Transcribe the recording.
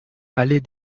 allée